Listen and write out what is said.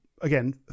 again